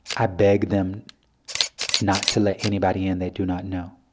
i beg them not to let anybody in they do not know.